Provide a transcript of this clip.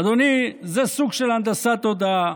אדוני, זה סוג של הנדסת תודעה.